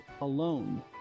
alone